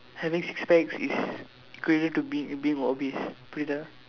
having six packs is equivalent to being being obese புரியுதா:puriyuthaa